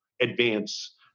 advance